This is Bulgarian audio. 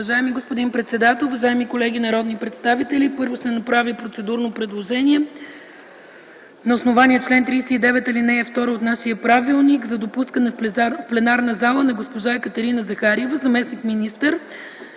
Уважаеми господин председател, уважаеми колеги народни представители! Първо ще направя процедурно предложение на основание чл. 39, ал. 2 от нашия правилник – за допускане в пленарната зала на госпожа Екатерина Захариева – заместник-министър